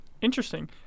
Interesting